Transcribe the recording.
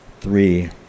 Three